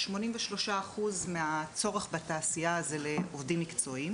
83 אחוז מהצורך בתעשייה זה לעובדים מקצועיים